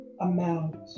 amount